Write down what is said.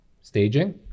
staging